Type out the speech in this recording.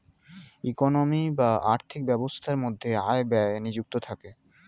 economy বা আর্থিক ব্যবস্থার মধ্যে আয় ব্যয় নিযুক্ত থাকে